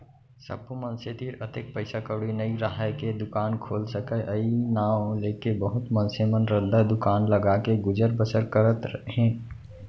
सब्बो मनसे तीर अतेक पइसा कउड़ी नइ राहय के दुकान खोल सकय अई नांव लेके बहुत मनसे मन रद्दा दुकान लगाके गुजर बसर करत हें